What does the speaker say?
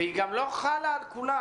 והיא גם לא חלה על כולם.